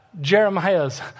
Jeremiah's